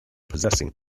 possessing